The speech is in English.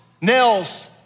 nails